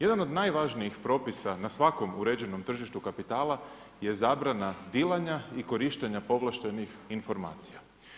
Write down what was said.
Jedan od najvažnijih propisa na svakom uređenom tržištu kapitala je zabrana dilanja i korištenja povlaštenih informacija.